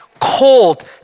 cold